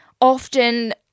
often